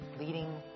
leading